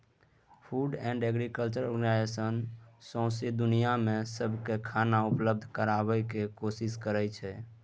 food and agriculture organisation सौंसै दुनियाँ मे सबकेँ खाना उपलब्ध कराबय केर कोशिश करइ छै